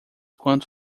quanto